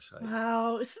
Wow